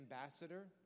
ambassador